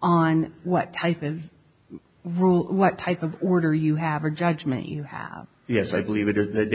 on what type of rule what type of order you have a judgment you have yes i believe it or th